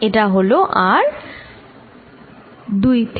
এটা হল r 2 থেকে 1